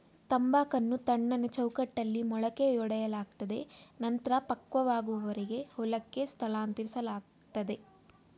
ತಂಬಾಕನ್ನು ತಣ್ಣನೆ ಚೌಕಟ್ಟಲ್ಲಿ ಮೊಳಕೆಯೊಡೆಯಲಾಗ್ತದೆ ನಂತ್ರ ಪಕ್ವವಾಗುವರೆಗೆ ಹೊಲಕ್ಕೆ ಸ್ಥಳಾಂತರಿಸ್ಲಾಗ್ತದೆ